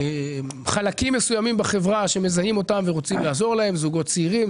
לחלקים מסוימים בחברה שמזהים ורוצים לעזור להם זוגות צעירים,